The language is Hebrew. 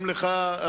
גם לך,